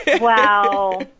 Wow